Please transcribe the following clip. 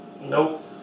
Nope